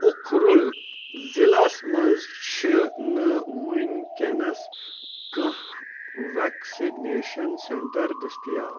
اُکھرُل ضِلعس مَنٛز چھِ نہٕ وٕنۍکیٚنَس کانٛہہ ویکسِنیشن سینٹر دٔستِیاب